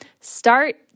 start